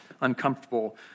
uncomfortable